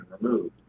removed